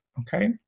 okay